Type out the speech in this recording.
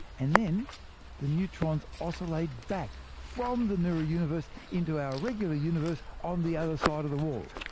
and then the neutrons oscillate back from the mirror universe into our regular universe on the other side of the wall.